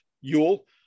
Yule